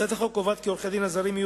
הצעת החוק קובעת כי עורכי-הדין הזרים יהיו